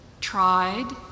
tried